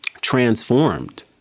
transformed